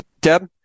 Deb